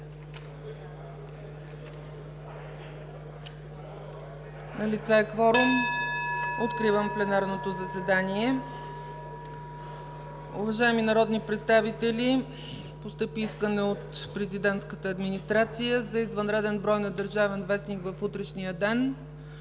Налице е кворум – откривам пленарното заседание. (Звъни.) Уважаеми народни представители, постъпи искане от Президентската администрация за извънреден брой на „Държавен вестник“ в утрешния ден,